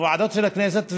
בוועדות של הכנסת,